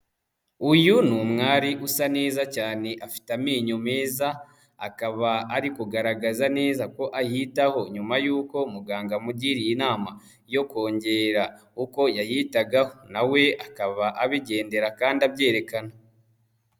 Uyu ni umwari usa neza cyane afite amenyo meza, akaba ari kugaragaza neza ko ayitaho nyuma yuko muganga amugiriye inama yo kongera uko yayitagaho, nawe akaba abigendera kandi abyerekana.